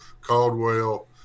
Caldwell